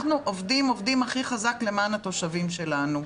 עובדים הכי חזק למען התושבים שלנו.